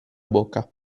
bocca